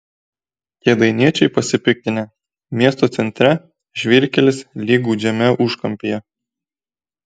kėdainiečiai pasipiktinę miesto centre žvyrkelis lyg gūdžiame užkampyje